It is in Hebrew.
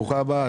ברוכה הבאה.